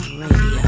radio